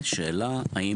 מזהה,